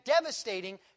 devastating